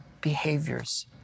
behaviors